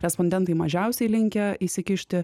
respondentai mažiausiai linkę įsikišti